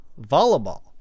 volleyball